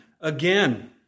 again